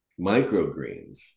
Microgreens